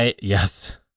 Yes